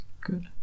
Good